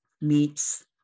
meets